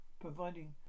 providing